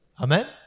Amen